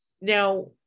Now